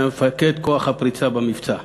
שהיה מפקד כוח הפריצה במבצע.